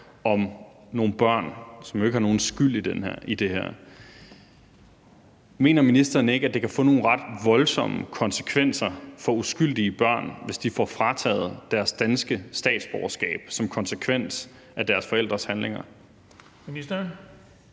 børn, som jo ikke har nogen skyld i det her. Mener ministeren ikke, at det kan få nogle ret voldsomme konsekvenser for uskyldige børn, hvis de får frataget deres danske statsborgerskab som konsekvens af deres forældres handlinger?